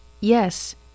Yes